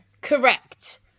Correct